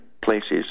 places